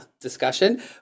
discussion